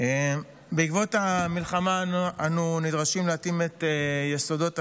בעקבות המלחמה אנו נדרשים להתאים את יסודות התקציב,